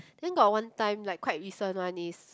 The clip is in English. then got one time like quite recent one is